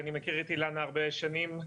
אני מכיר את אילנה הרבה שנים.